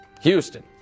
Houston